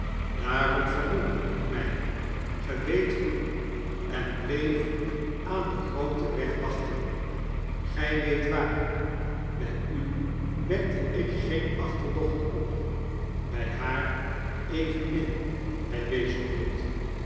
daarom vermomde ik mij ge weet hoe en bleef aan den grooten weg wachten gij weet waar bij u wekte ik geen achterdoclit op bij haar evenmin hij wees op